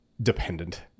dependent